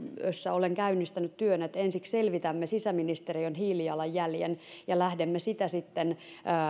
olen käynnistänyt työn että ensiksi selvitämme sisäministeriön hiilijalanjäljen ja lähdemme sitä sitten